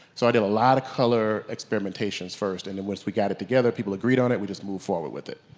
so i did a lot of color experimentations first and then once we got it together, people agreed on it we just moved forward with it.